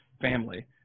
family